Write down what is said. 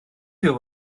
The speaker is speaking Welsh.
byw